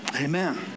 Amen